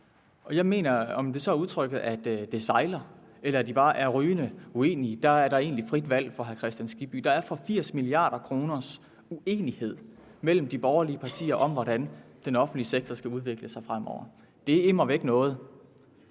og om man så skal bruge udtrykket, at det sejler, eller at de bare er rygende uenige – ja, der er egentlig frit valg for hr. Hans Kristian Skibby. Der er for 80 milliarder kroners uenighed mellem de borgerlige partier om, hvordan den offentlige sektor skal udvikle sig fremover. Det er immer væk noget.